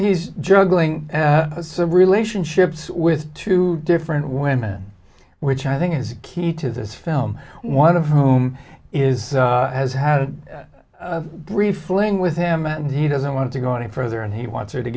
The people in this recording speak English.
he's juggling so relationships with two different women which i think is the key to this film one of whom is has had a brief fling with him and he doesn't want to go any further and he wants her to